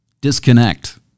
disconnect